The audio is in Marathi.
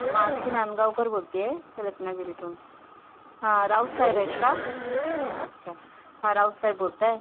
मानसी नांदगावकर बोलते आहे रत्नागिरीतून राऊत साहेब आहेत का अच्छा हां राऊत साहेब बोलत आहे